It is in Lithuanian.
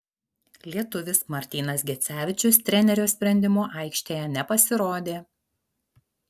lietuvis martynas gecevičius trenerio sprendimu aikštėje nepasirodė